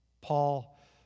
Paul